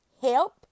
help